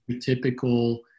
typical